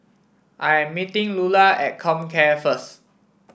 I am meeting Lulla at Comcare first